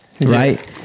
right